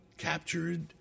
captured